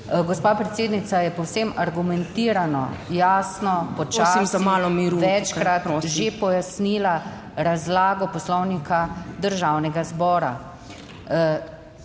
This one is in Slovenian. Gospa predsednica je povsem argumentirano jasno včasih se malo miru, večkrat že pojasnila razlago Poslovnika Državnega zbora.